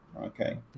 okay